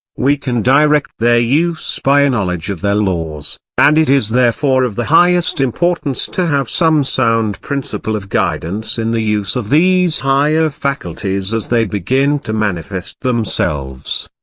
we can direct their use by a knowledge of their laws and it is therefore of the highest importance to have some sound principle of guidance in the use of these higher faculties as they begin to manifest themselves.